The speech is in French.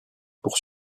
pour